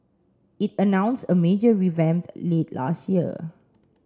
it announced a major revamp late last year